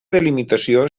delimitació